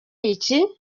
iki